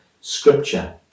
Scripture